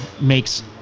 makes –